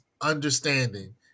understanding